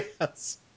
Yes